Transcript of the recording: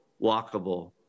walkable